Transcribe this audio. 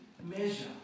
Measure